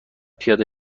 پیاده